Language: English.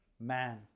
man